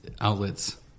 outlets